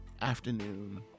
afternoon